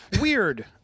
Weird